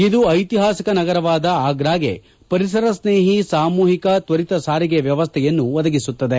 ಇದು ಐತಿಹಾಸಿಕ ನಗರವಾದ ಆಗ್ರಾಗೆ ಪರಿಸರ ಸ್ನೇಹಿ ಸಾಮೂಹಿಕ ತ್ವರಿತ ಸಾರಿಗೆ ವ್ಯವಸ್ಥೆಯನ್ನು ಒದಗಿಸುತ್ತದೆ